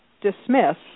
dismiss